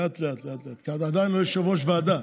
לאט-לאט, כי את עדיין לא יושבת-ראש ועדה.